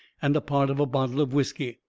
and a part of a bottle of whiskey.